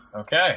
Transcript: Okay